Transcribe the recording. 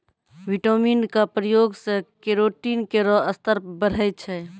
vitamin क प्रयोग सें केरोटीन केरो स्तर बढ़ै छै